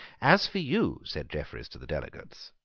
as for you, said jeffreys to the delegates,